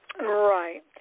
right